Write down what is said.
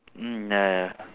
mm ya ya